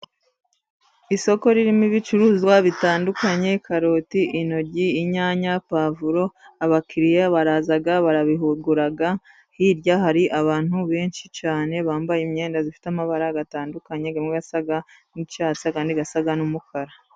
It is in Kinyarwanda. Isoko ririmo ibicuruzwa bitandukanye: karoti, intogi, inyanya, pavuro. Abakiriya baraza bakabigura. Hirya hari abantu benshi cyane bambaye imyenda ifite amabara atandukanye, amwe asa n'icyasa andi asa n'umukara.